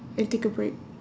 and take a break